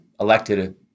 elected